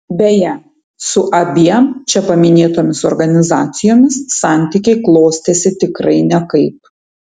beje su abiem čia paminėtomis organizacijomis santykiai klostėsi tikrai nekaip